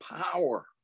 power